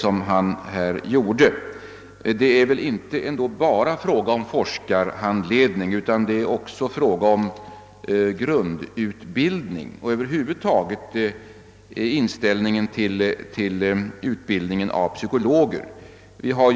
Emellertid är det väl inte bara fråga om forskarhandledning utan också om grundutbildning och över huvud taget om inställningen till utbildningen av psykologer.